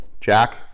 Jack